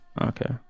Okay